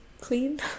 clean